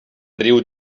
riu